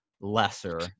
Lesser